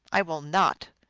i will not.